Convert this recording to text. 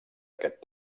aquest